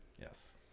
Yes